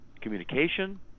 communication